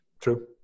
True